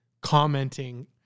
commenting